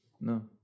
No